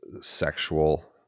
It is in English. sexual